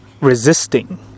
resisting